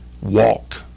walk